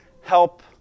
help